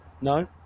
no